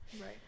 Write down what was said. Right